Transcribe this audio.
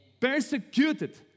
persecuted